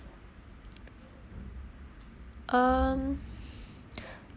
um